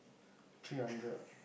three hundred